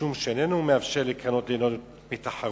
משום שאיננו מאפשר לקרנות ליהנות מתחרות,